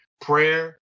Prayer